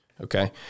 okay